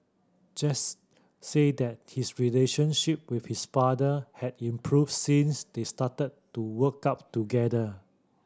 Jesse said that his relationship with his father had improved since they started to work out together